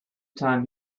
time